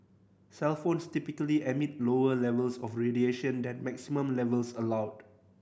cellphones typically emit lower levels of radiation than maximum levels allowed